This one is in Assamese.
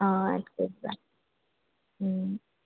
অঁ এড কৰি দিবা